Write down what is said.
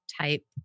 type